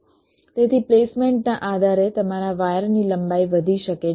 તેથી પ્લેસમેન્ટના આધારે તમારા વાયરની લંબાઈ વધી શકે છે